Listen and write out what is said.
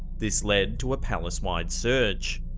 this led to a palace wide search.